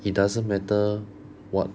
it doesn't matter what